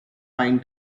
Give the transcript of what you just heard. pine